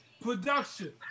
production